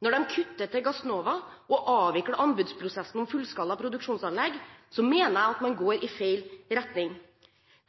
når de kutter i bevilgningene til Gassnova og avvikler anbudsprosessen for fullskalaproduksjonsanlegg, mener jeg at man går i feil retning.